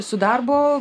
su darbu